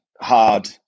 hard